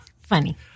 funny